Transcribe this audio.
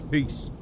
Peace